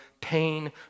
pain